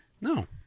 No